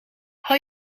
hou